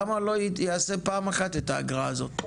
למה שלא יעשה פעם אחת את האגרה הזאת?